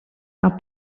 our